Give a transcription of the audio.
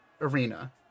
arena